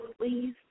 please